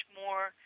more